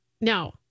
no